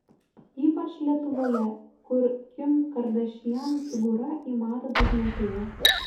ypač lietuvoje kur kim kardashian figūra į madą dar neatėjo